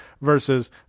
versus